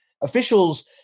Officials